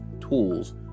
tools